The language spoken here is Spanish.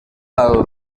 lado